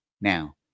Now